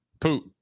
Poop